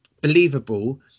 believable